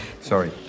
sorry